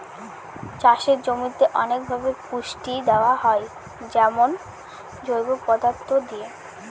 চাষের জমিতে অনেকভাবে পুষ্টি দেয়া যায় যেমন জৈব পদার্থ দিয়ে